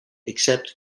except